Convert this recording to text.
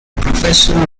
professional